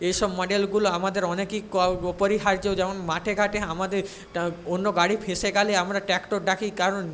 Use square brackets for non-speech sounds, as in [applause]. এ সব মডেলগুলো আমাদের অনেকেই [unintelligible] অপরিহার্য যেমন মাঠে ঘাটে আমাদের তা অন্য গাড়ি ফেঁসে গেলে আমরা ট্র্যাক্টর ডাকি কারণ